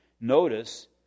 Notice